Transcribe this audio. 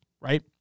right